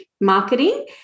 marketing